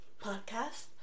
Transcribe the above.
podcast